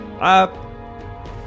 up